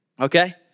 Okay